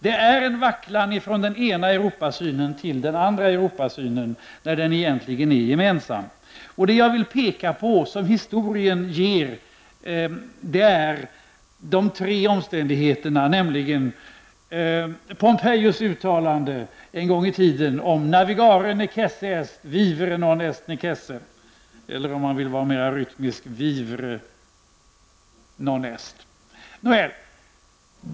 Det är en vacklan från den ena Europasynen till den andra, när det egentligen är en gemensam syn. Historien ger oss alltså tre omständigheter, som jag här vill peka på. Den första omständigheten är Pompejus uttalande en gång i tiden: Navigare necesse est, vivere non est necesse -- eller, om man vill vara mera rytmisk: vivere non est.